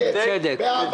בכיף, באהבה.